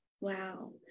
Wow